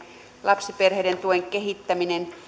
lapsiperheiden tuen kehittäminen